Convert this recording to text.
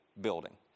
building